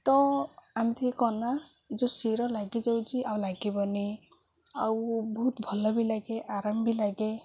ତ ଏମିତିି କନେ ଯେଉଁ ଶୀର ଲାଗିଯାଉଚି ଆଉ ଲାଗିବନି ଆଉ ବହୁତ ଭଲ ବି ଲାଗେ ଆରାମ ବି ଲାଗେ